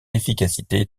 efficacité